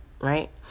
right